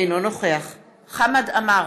אינו נוכח חמד עמאר,